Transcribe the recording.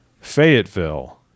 Fayetteville